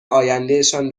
آیندهشان